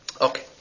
Okay